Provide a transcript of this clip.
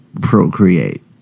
procreate